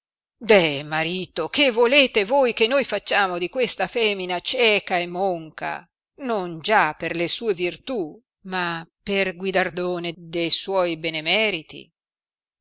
deh marito che volete voi che noi facciamo di questa femina cieca e monca non già per le sue virtù ma per guidardone de suoi benemeriti